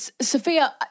sophia